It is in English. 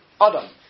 Adam